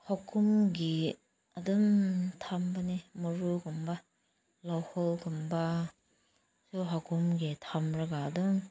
ꯍꯥꯀꯨꯝꯒꯤ ꯑꯗꯨꯝ ꯊꯝꯕꯅꯦ ꯃꯔꯨꯒꯨꯝꯕ ꯂꯧꯍꯣꯜꯒꯨꯝꯕ ꯑꯗꯣ ꯍꯥꯛꯀꯨꯝꯒꯤ ꯊꯝꯂꯒ ꯑꯗꯨꯝ